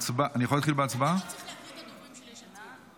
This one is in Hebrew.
לא צריך להקריא את הדוברים של יש עתיד.